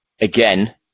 Again